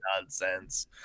nonsense